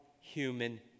human